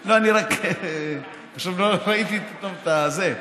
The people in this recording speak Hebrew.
אני רק עכשיו פתאום ראיתי את זה,